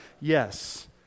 yes